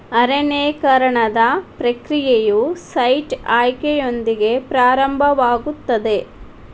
ಅರಣ್ಯೇಕರಣದ ಪ್ರಕ್ರಿಯೆಯು ಸೈಟ್ ಆಯ್ಕೆಯೊಂದಿಗೆ ಪ್ರಾರಂಭವಾಗುತ್ತದೆ